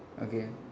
okay